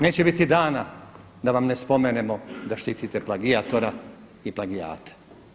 Neće biti dana da vam ne spomenemo da štitite plagijatora i plagijate.